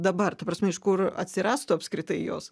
dabar ta prasme iš kur atsirastų apskritai jos